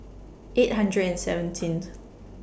eight hundred and seventeenth